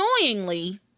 annoyingly